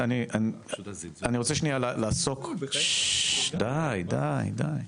פשוט הזלזול --- די, די, די.